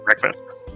breakfast